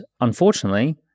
unfortunately